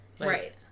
Right